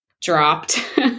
dropped